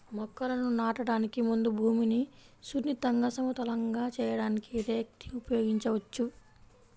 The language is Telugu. మొక్కలను నాటడానికి ముందు భూమిని సున్నితంగా, సమతలంగా చేయడానికి రేక్ ని ఉపయోగించవచ్చు